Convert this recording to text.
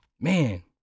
man